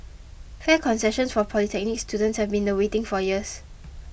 fare concessions for polytechnic students have been in the waiting for years